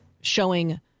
showing